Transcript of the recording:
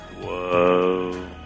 Whoa